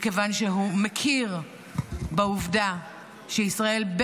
מכיוון שהוא מכיר בעובדה שישראל,